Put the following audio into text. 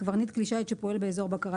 נמשיך בהקראה: קברניט כלי שיט שפועל באזור בקרת